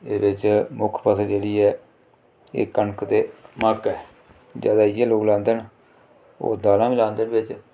एह्दे च मुक्ख फसल जेह्ड़ी ऐ एह् कनक ते मक्क ऐ ज्यादा इ'यै लोग लांदे न होर दालां बी लांदे न बिच्च